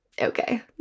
okay